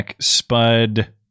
spud